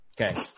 Okay